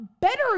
better